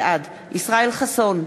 בעד ישראל חסון,